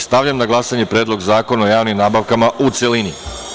Stavljam na glasanje Predlog zakona o javnim nabavkama, u celini.